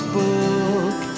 book